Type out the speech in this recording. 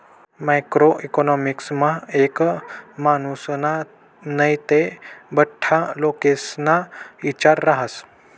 macro इकॉनॉमिक्समा एक मानुसना नै ते बठ्ठा लोकेस्ना इचार रहास